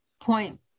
point